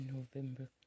November